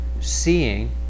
seeing